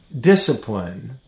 discipline